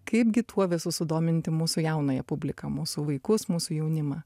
kaipgi tuo visu sudominti mūsų jaunąją publiką mūsų vaikus mūsų jaunimą